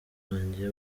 wanjye